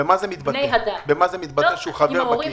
במה מתבטא שהוא חבר בקהילה?